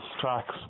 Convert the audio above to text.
tracks